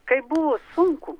kaip buvo sunku